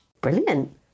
Brilliant